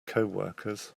coworkers